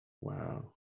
Wow